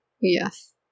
Yes